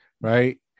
right